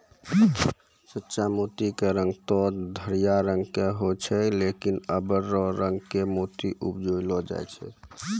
सच्चा मोती के रंग तॅ घीयाहा रंग के होय छै लेकिन आबॅ हर रंग के मोती उपजैलो जाय छै